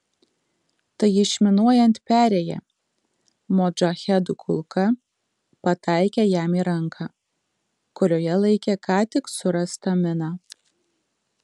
tai išminuojant perėją modžahedų kulka pataikė jam į ranką kurioje laikė ką tik surastą miną